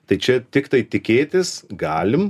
tai čia tiktai tikėtis galim